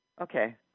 Okay